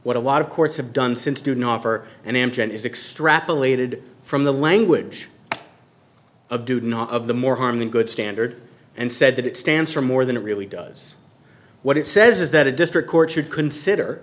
what a lot of courts have done since student offer and amgen is extrapolated from the language of do not of the more harm than good standard and said that it stands for more than it really does what it says is that a district court should consider